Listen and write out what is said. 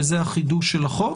וזה החידוש של החוק,